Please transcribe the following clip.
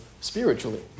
spiritually